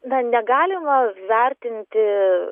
na negalima vertinti